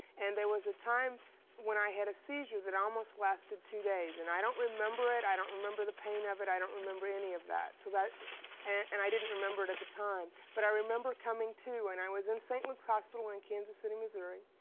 and there was a time when i had a seizure that almost lasted two days. and i don't remember it. i don't remember the pain of it. i don't remember any of that so that and i didn't remember it at the time but i remember coming to, and i was in st. luke's hospital in kansas city, missouri.